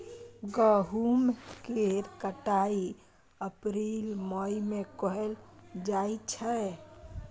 गहुम केर कटाई अप्रील मई में कएल जाइ छै